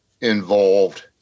involved